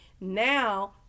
now